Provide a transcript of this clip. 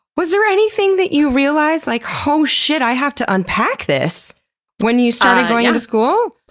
was there anything that you realize like, whoa shit, i have to unpack this when you started going to school?